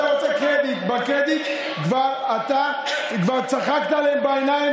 בקרדיט אתה כבר צחקת עליהם בעיניים,